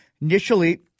initially